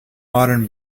modern